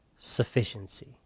sufficiency